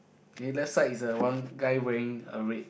eh left side is a one guy wearing a red